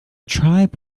tribe